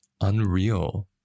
unreal